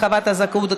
הרחבת הזכאות),